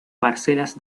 parcelas